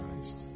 Christ